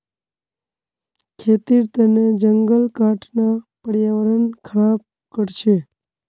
खेतीर तने जंगल काटना पर्यावरण ख़राब कर छे